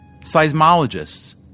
Seismologists